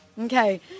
Okay